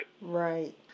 Right